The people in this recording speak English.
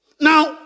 now